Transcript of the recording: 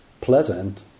pleasant